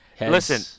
Listen